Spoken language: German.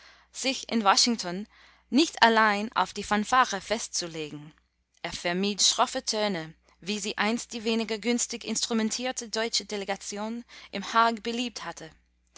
sich in washington nicht allein auf die fanfare festzulegen er vermied schroffe töne wie sie einst die weniger günstig instrumentierte deutsche delegation im haag beliebt hatte